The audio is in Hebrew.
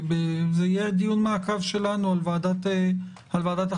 זה יהיה דיון מעקב שלנו על ועדת החריגים.